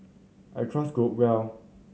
I trust Growell